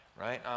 right